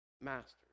Masters